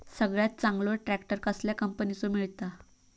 सगळ्यात चांगलो ट्रॅक्टर कसल्या कंपनीचो मिळता?